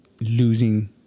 losing